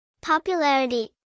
Popularity